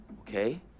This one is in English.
Okay